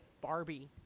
Barbie